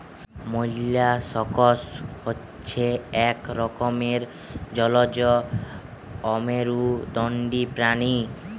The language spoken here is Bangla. মোল্লাসকস হচ্ছে এক রকমের জলজ অমেরুদন্ডী প্রাণী